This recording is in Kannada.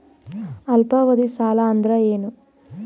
ಅಲ್ಪಾವಧಿ ಸಾಲ ಅಂದ್ರ ಏನು?